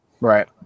Right